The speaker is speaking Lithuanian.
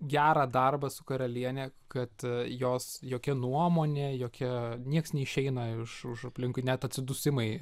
gerą darbą su karaliene kad jos jokia nuomonė jokia nieks neišeina iš už aplinkui net atsidusimai